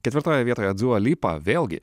ketvirtoje vietoje dua lipa vėlgi